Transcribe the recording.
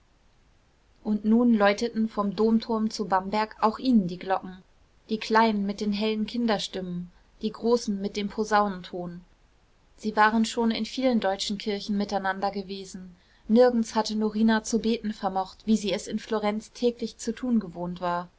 und nun läuteten vom domturm zu bamberg auch ihnen die glocken die kleinen mit den hellen kinderstimmen die großen mit dem posaunenton sie waren schon in vielen deutschen kirchen miteinander gewesen nirgends hatte norina zu beten vermocht wie sie es in florenz täglich zu tun gewohnt war